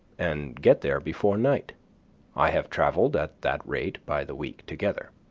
and get there before night i have travelled at that rate by the week together.